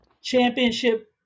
championship